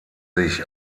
sich